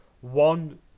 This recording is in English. one